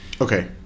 Okay